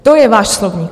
To je váš slovník.